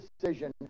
decision